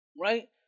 right